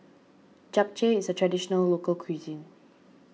Japchae is a Traditional Local Cuisine